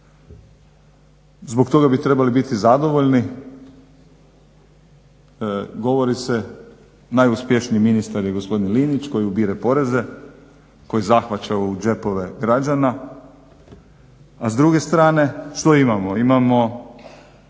zbog toga bi trebali biti zadovoljni. Govori se najuspješniji ministar je gospodin Linić koji ubire poreze, koji zahvaća u džepove građana, a s druge strane što imamo?